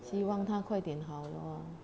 希望他快点好咯